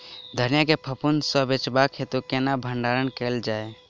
धनिया केँ फफूंदी सऽ बचेबाक हेतु केना भण्डारण कैल जाए?